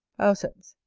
auceps.